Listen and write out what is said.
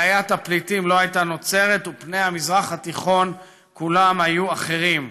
בעיית הפליטים לא הייתה נוצרת ופני המזרח התיכון כולם היו אחרים.